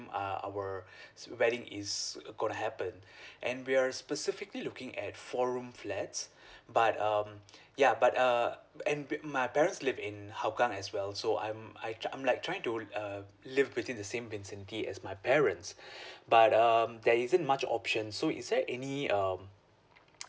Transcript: uh our wedding is gonna happen and we're specifically looking at four room flats but um ya but uh and we're my parents live in hougang as well so I'm I try I'm like trying to uh live within the same vicinity as my parents but um there isn't much option so is there any um